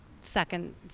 second